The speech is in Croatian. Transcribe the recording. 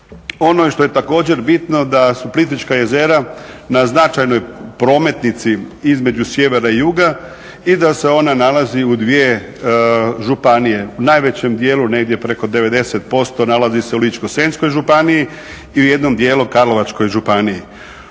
Ono što je također bitno da su Plitvička jezera na značajnoj prometnici između sjevera i juga i da se ona nalazi u dvije županije. U najvećem dijelu negdje preko 90% nalazi se u Ličko-senjskoj županiji i u jednom dijelu u Karlovačkoj županiji.